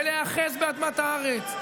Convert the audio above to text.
ולהיאחז באדמת הארץ,